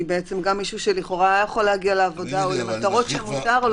גם מישהו שלכאורה היה יכול להגיע לעבודה או למטרות שמותר לו,